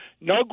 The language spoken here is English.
No